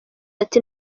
ati